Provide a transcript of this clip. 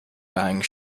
buying